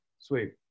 sweet